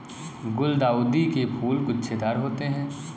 गुलदाउदी के फूल गुच्छेदार होते हैं